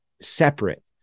separate